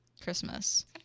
christmas